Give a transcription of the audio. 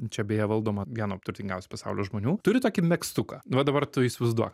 čia beje valdoma vieno turtingiausių pasaulio žmonių turi tokį megztuką va dabar tu įsivaizduok